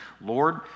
Lord